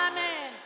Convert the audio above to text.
Amen